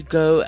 go